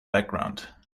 background